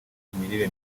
imirire